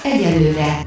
Egyelőre